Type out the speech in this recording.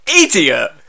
Idiot